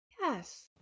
Yes